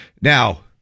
Now